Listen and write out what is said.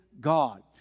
God